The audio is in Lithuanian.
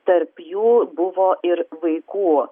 tarp jų buvo ir vaikų